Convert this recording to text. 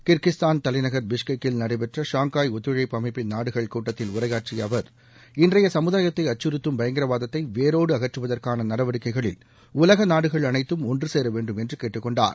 Kyrgyzstan தலைநகர் பிஷ்கெக்கில் நடைபெற்ற ஷாங்காய் ஒத்துழழப்பு அமைப்பின் நாடுகள் கூட்டத்தில் உரையாற்றிய அவர் இன்றைய சமுதாயத்தை அச்சுறுத்தும் பயங்கரவாதத்தை வேரோடு அகற்றுவதற்கான நடவடிக்கைகளில் உலக நாடுகள் அளைத்தும் ஒன்றுசேர வேண்டும் என்று கேட்டுக்கொண்டார்